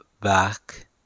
back